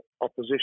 opposition